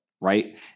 right